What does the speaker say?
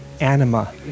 anima